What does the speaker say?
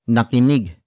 Nakinig